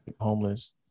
homeless